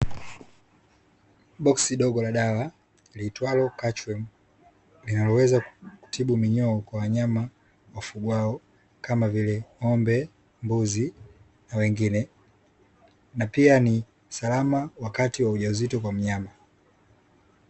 Boksi dogo la dawa liitwalo "catch worm" linaloweza kutibu minyoo kwa wanyama wafugwao kama vile: ng'ombe, mbuzi, na wengine, na pia ni salama wakati wa ujauzito kwa mnyama.